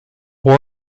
war